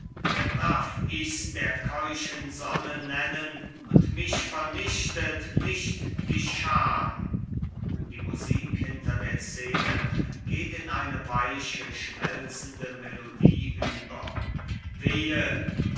darf ichs der keuschen sonne nennen und mich vernichtet nicht die scham die musik hinter der szene geht in eine weiche schmelzende melodie unter wehe